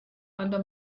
under